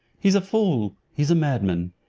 he's a fool, he's a madman.